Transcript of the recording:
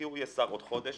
כי הוא יהיה שר עוד חודש,